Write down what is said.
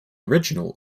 original